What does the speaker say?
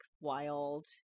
wild